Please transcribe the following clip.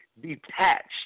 Detached